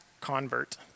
convert